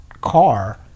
car